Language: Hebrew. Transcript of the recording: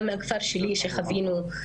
גם מהכפר שלי שחווינו,